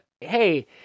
hey